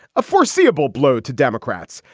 a foreseeable blow to democrats.